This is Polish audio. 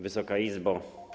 Wysoka Izbo!